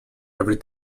every